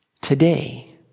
today